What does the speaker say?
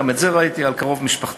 גם את זה ראיתי על קרוב משפחתי,